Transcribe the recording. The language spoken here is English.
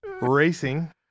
racing